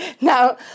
now